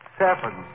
seven